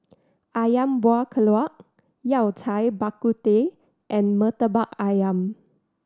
Ayam Kuah keluak Yao Cai Bak Kut Teh and Murtabak Ayam